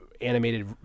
animated